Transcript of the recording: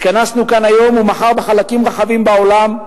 התכנסנו כאן היום, כמו בחלקים רחבים בעולם,